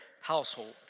household